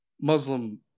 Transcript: Muslim